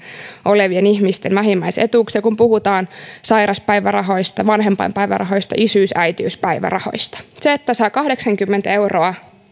olevien ihmisten vähimmäisetuuksia kun puhutaan sairaspäivärahoista vanhempainpäivärahoista isyys ja äitiyspäivärahoista se että saa kahdeksankymmentä euroa